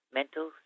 mental